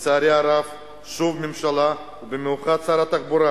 לצערי הרב, שוב הממשלה, במיוחד שר התחבורה,